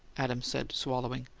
adams said, swallowing.